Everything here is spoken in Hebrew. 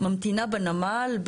ממתינה בנמל,